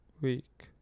week